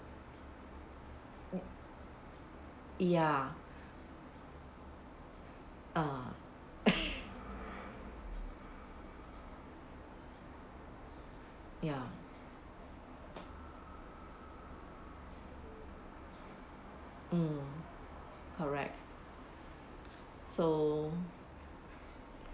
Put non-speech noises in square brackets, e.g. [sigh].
ya ah [laughs] ya mm correct so